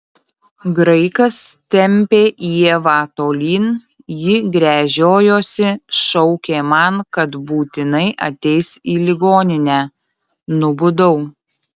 graikas tempė ievą tolyn ji gręžiojosi šaukė man kad būtinai ateis į ligoninę nubudau